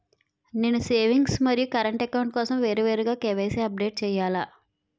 నేను సేవింగ్స్ మరియు current account కోసం వేరువేరుగా కే.వై.సీ అప్డేట్ చేయాలా?